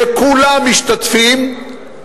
שכולם משתתפים,